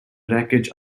wreckage